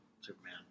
Superman